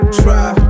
try